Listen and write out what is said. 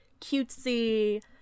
cutesy